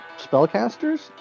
spellcasters